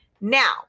Now